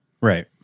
Right